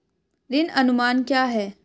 ऋण अनुमान क्या है?